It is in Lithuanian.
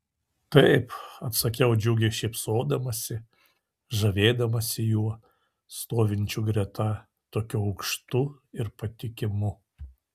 taip atsakiau džiugiai šypsodamasi žavėdamasi juo stovinčiu greta tokiu aukštu ir patikimu